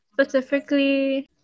specifically